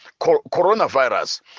coronavirus